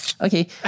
Okay